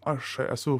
aš esu